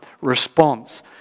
response